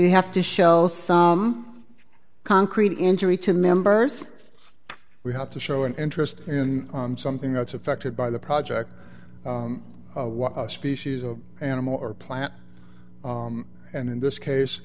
you have to show some concrete injury to members we have to show an interest in on something that's affected by the project of what species of animal or plant and in this case